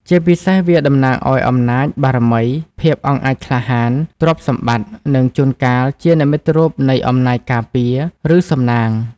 ជាពិសេសវាតំណាងឲ្យ អំណាច បារមី ភាពអង់អាចក្លាហាន ទ្រព្យសម្បត្តិ និងជួនកាលជា និមិត្តរូបនៃអំណាចការពារ ឬសំណាង។